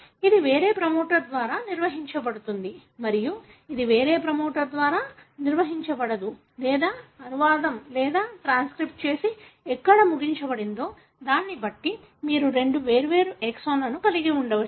ఇది వేరే ప్రమోటర్ ద్వారా నిర్వహించబడుతుంది మరియు ఇది వేరే ప్రమోటర్ ద్వారా నిర్వహించబడుతుంది లేదా అనువాదం లేదా ట్రాన్స్క్రిప్ట్ చేసి ఎక్కడ ముగించబడిం దో దానిని బట్టి మీరు రెండు వేర్వేరు ఎక్సోన్లను కలిగి ఉండవచ్చు